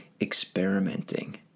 experimenting